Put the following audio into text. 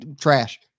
Trash